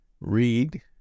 read